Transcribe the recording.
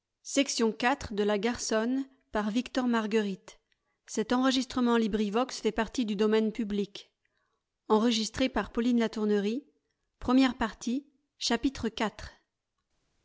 de la matière